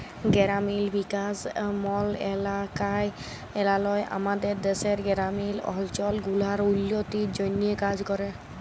গেরামিল বিকাশ মলত্রলালয় আমাদের দ্যাশের গেরামিল অলচল গুলার উল্ল্য তির জ্যনহে কাজ ক্যরে